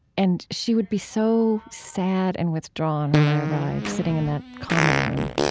and she would be so sad and withdrawn when i arrived, sitting in that common room.